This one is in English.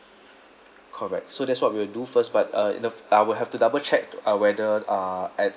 correct so that's what we will do first but uh the fir~ I will have to double check uh whether uh at